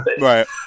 right